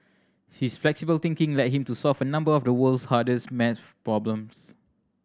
his flexible thinking led him to solve a number of the world's hardest maths problems